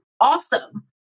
awesome